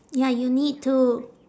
ya you need to